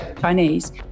Chinese